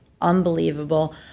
unbelievable